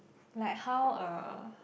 like how uh